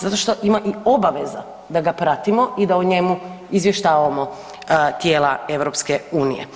Zato što ima i obaveza da ga pratimo i da o njemu izvještavamo tijela EU.